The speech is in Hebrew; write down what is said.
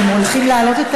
אתם הולכים להעלות את